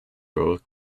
both